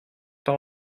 pas